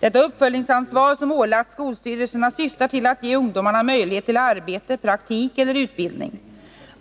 Detta uppföljningsansvar som ålagts skolstyrelserna syftar till att ge ungdomarna möjlighet till arbete, praktik eller utbildning.